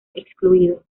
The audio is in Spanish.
excluido